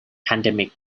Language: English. pandemic